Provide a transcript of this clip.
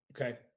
okay